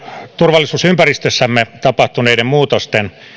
turvallisuusympäristössämme tapahtuneiden muutosten